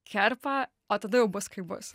kerpa o tada jau bus kaip bus